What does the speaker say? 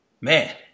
Man